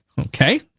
okay